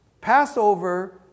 Passover